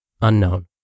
Unknown